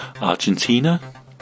Argentina